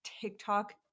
TikTok